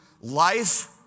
life